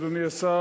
אדוני השר,